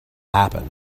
happen